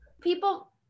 people